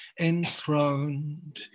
enthroned